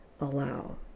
allow